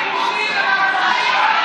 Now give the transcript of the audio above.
חברת הכנסת סטרוק,